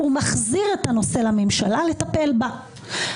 הוא מחזיר את הנושא לממשלה לטפל בה.